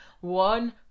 one